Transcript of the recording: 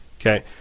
okay